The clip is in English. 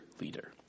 leader